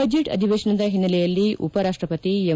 budget ಅಧಿವೇಶನದ ಹಿನ್ನೆಲೆಯಲ್ಲಿ ಉಪರಾಷ್ಟ ಪತಿ ಎಂ